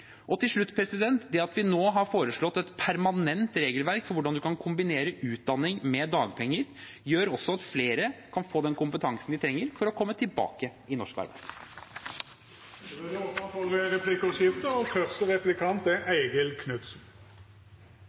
Til slutt: Det at vi nå har foreslått et permanent regelverk for hvordan man kan kombinere utdanning med dagpenger, gjør også at flere kan få den kompetansen de trenger for å komme tilbake i norsk arbeidsliv. Det vert replikkordskifte.